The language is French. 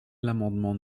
l’amendement